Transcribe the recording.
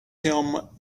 him